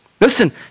Listen